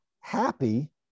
happy